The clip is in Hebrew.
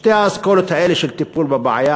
שתי האסכולות האלה לטיפול בבעיה,